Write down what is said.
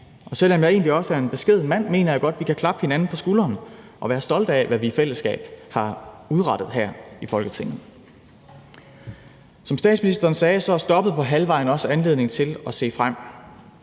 Og selv om jeg egentlig også er en beskeden mand, mener jeg godt vi kan klappe hinanden på skulderen og være stolte af, hvad vi i fællesskab har udrettet her i Folketinget. Som statsministeren sagde, er stoppet på halvvejen også anledning til at se frem.